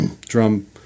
drum